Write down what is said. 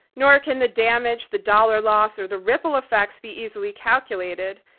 nor can the damage, the dollar loss, or the ripple effects be easily calculated.